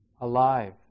alive